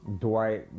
Dwight